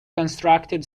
constructed